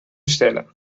bestellen